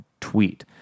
tweet